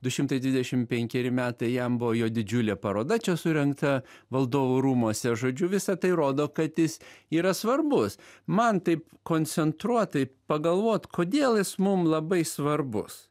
du šimtai dvidešim penkeri metai jam buvo jo didžiulė paroda čia surengta valdovų rūmuose žodžiu visa tai rodo kad jis yra svarbus man taip koncentruotai pagalvot kodėl jis mum labai svarbus